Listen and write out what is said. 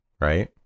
right